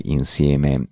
insieme